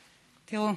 תראו,